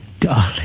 darling